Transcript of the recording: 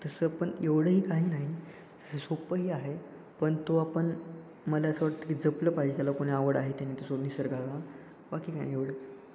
तसं पण एवढंही काही नाही तसं सोपंही आहे पण तो आपण मला असं वाटतं की जपलं पाहिजे ज्याला कोणी आवड आहे त्याने तसं निसर्गाला बाकी काही नाही एवढंच